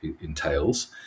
entails